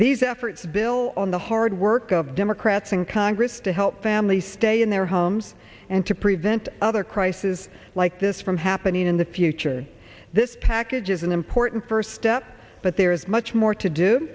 these efforts bill on the hard work of democrats in congress to help families stay in their homes and to prevent another crisis like this from happening in the future this package is an important first step but there is much more to do